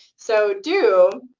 so do